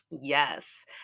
Yes